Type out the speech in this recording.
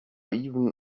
even